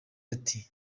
ati